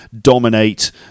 dominate